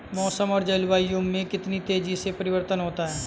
मौसम और जलवायु में कितनी तेजी से परिवर्तन होता है?